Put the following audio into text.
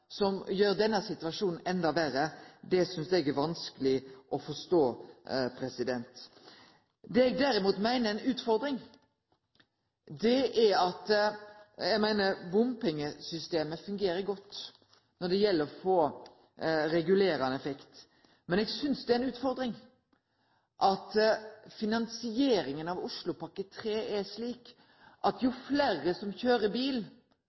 som gjer denne situasjonen enda verre, synest eg er vanskeleg å forstå. Eg meiner at bompengesystemet fungerer godt når det gjeld å ha ein regulerande effekt, men eg synest det er ei utfording at finansieringa av Oslopakke 3 er slik at jo fleire som kjører bil,